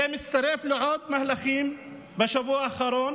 זה מצטרף לעוד מהלכים בשבוע האחרון